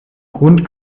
grund